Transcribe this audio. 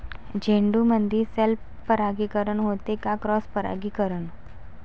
झेंडूमंदी सेल्फ परागीकरन होते का क्रॉस परागीकरन?